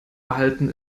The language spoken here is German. erhalten